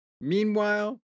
Meanwhile